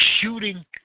Shooting